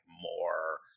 more